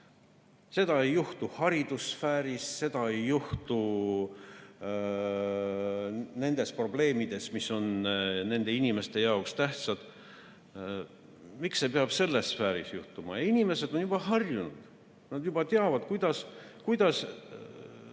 Seda ei juhtu haridussfääris, seda ei juhtu nende probleemide [puhul], mis on nende inimeste jaoks tähtsad. Miks see peab selles sfääris juhtuma? Inimesed on juba harjunud. Nad juba teavad, kuidas